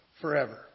forever